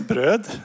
Bröd